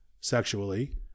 sexually